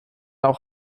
auch